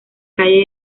calle